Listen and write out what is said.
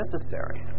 necessary